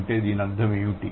కాబట్టి దీని అర్థం ఏమిటి